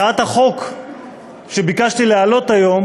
הצעת החוק שביקשתי להעלות היום